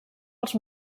els